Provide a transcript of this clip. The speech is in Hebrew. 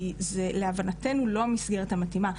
כי זה להבנתנו לא המסגרת המתאימה.